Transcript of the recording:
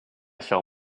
shall